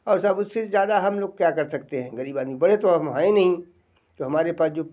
और सहाब उससे ज़्यादा हम लोग क्या कर सकते हैं ग़रीब आदमी बड़े तो हम हैं नहीं तो हमारे पास जो